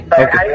okay